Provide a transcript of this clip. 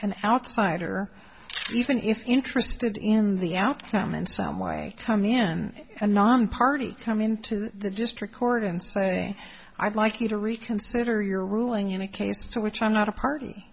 an outsider even if interested in the outcome in some way come the end nonparty come into the district court and say i'd like you to reconsider your ruling in a case to which i'm not a party